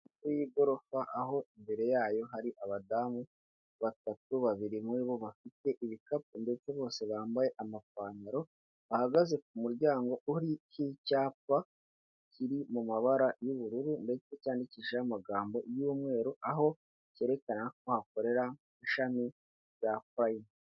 Inzu y'igorofa aho imbere yayo hari abadamu batatu, babiri muri bo bafite ibikapu ndetse bose bambaye amapantaro, bahagaze ku muryango uriho icyapa kiri mu mabara y'ubururu ndetse cyandikishijeho amagambo y'umweru, aho cyerekana ko hakorera ishami rya Purayimu.